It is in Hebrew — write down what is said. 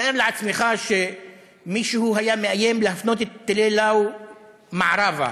תאר לעצמך שמישהו היה מאיים להפנות טילי "לאו" מערבה,